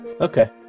Okay